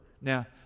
now